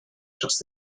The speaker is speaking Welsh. dros